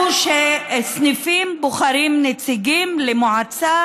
המודל הוא שסניפים בוחרים נציגים למועצה,